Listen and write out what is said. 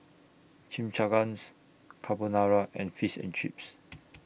Chimichangas Carbonara and Fish and Chips